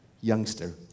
Youngster